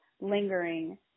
lingering